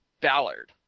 Ballard